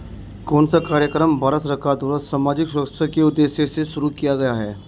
कौन सा कार्यक्रम भारत सरकार द्वारा सामाजिक सुरक्षा के उद्देश्य से शुरू किया गया है?